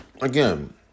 again